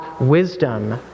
wisdom